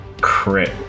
crit